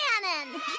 cannon